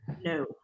No